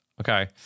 Okay